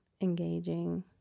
engaging